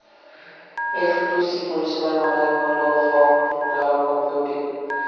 F two C পরিষেবার মানে হল ফগ টু ক্লাউড কম্পিউটিং